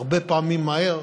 הרבה פעמים מהר.